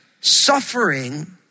suffering